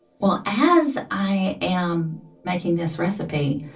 well, as i am making this recipe,